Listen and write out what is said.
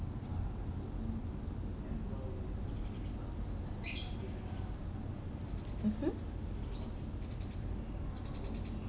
mmhmm